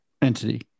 entity